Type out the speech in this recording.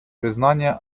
признания